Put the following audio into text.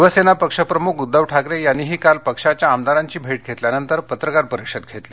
शिवसेना पक्षप्रमुख उद्दव ठाकरे यांनीही काल पक्षाच्या आमदारांची भेट घेतल्यानंतर पत्रकार परिषद घेतली